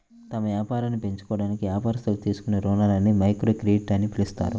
తమ వ్యాపారాలను పెంచుకోవడానికి వ్యాపారస్తులు తీసుకునే రుణాలని మైక్రోక్రెడిట్ అని పిలుస్తారు